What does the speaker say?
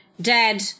Dead